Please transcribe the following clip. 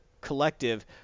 collective